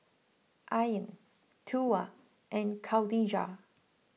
Ain Tuah and Khadija